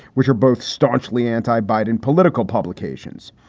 which are both staunchly anti biden political publications.